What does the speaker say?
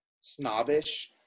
Snobbish